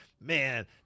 man